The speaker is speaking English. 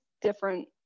different